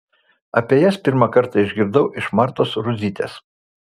apie jas pirmą kartą išgirdau iš martos rudzytės